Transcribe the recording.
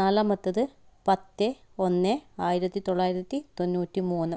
നാലാമത്തത് പത്ത് ഒന്ന് ആയിരത്തി തൊള്ളായിരത്തി തൊണ്ണൂറ്റി മൂന്ന്